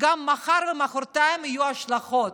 גם מחר ומוחרתיים יהיו השלכות.